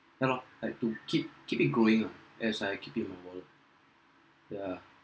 yeah loh like to keep keep it growing lah as I keep it in my wallet yeah